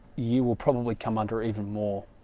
you, will probably come under even more